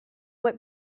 what